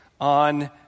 on